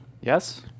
Yes